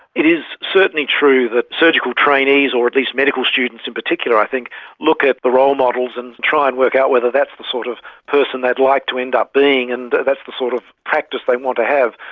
it is certainly true that surgical trainees or at least medical students in particular i think look at the role models and try and work out whether that's the sort of person they'd like to end up being and that's the sort of practice they want to have.